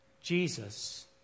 Jesus